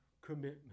commitment